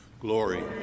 Glory